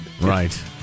Right